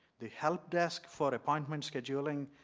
the help desk for appointment scheduleing,